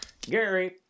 Gary